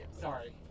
Sorry